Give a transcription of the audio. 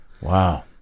Wow